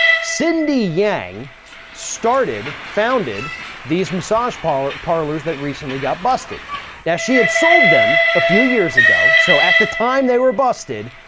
cindy yang started founded these massage parlors parlors that recently got busted that she had sold them a few years ago. so at the time they were busted,